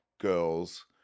girls